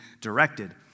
directed